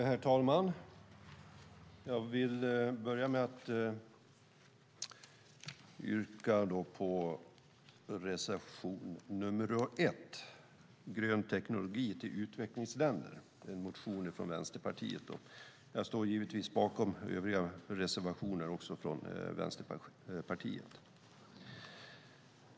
Herr talman! Jag vill börja med att yrka bifall till reservation nr 1 om grön teknologi till utvecklingsländer. Det är en motion från Vänsterpartiet. Jag står givetvis bakom också övriga reservationer från Vänsterpartiet.